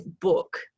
book